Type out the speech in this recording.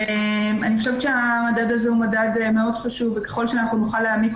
אני חושבת שהמדד הזה הוא מדד מאוד חשוב וככל שאנחנו נוכל להעמיק